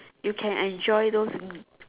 you can enjoy those